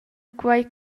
quei